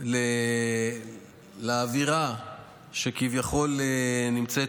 לאווירה שכביכול נמצאת,